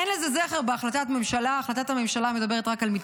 למוחרת הוא גם דיבר על זה שהיא כוללת